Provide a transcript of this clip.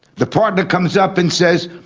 the partner comes up and says,